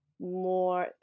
more